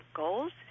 goals